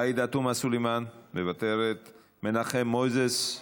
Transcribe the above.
עאידה תומא סלימאן, מוותרת, מנחם מוזס,